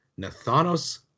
Nathanos